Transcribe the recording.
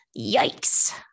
yikes